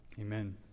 Amen